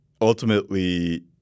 ultimately